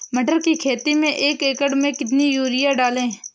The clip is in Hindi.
मटर की खेती में एक एकड़ में कितनी यूरिया डालें?